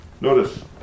Notice